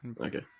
Okay